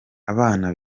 abana